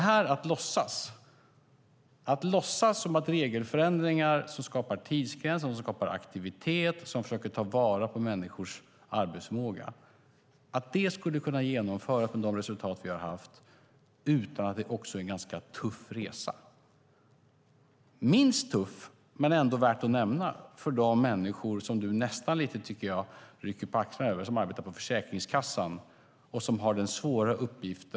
Här låtsas man som att regelförändringar som skapar tidsgränser och skapar aktivitet för att ta vara på människors arbetsförmåga, med de resultat vi har haft, skulle kunna genomföras utan att det var en ganska tuff resa. Också tuff, och värd att nämna, är den svåra uppgift som de människor som arbetar på Försäkringskassan har - som du nästan rycker på axlarna åt.